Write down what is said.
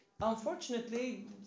Unfortunately